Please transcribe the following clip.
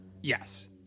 Yes